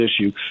issue